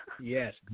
Yes